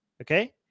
okay